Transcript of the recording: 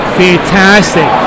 fantastic